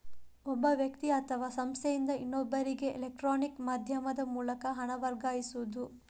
ಒಬ್ಬ ವ್ಯಕ್ತಿ ಅಥವಾ ಸಂಸ್ಥೆಯಿಂದ ಇನ್ನೊಬ್ಬರಿಗೆ ಎಲೆಕ್ಟ್ರಾನಿಕ್ ಮಾಧ್ಯಮದ ಮೂಲಕ ಹಣ ವರ್ಗಾಯಿಸುದು